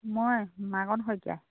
মই মাকন শইকীয়া